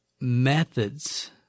methods